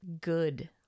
good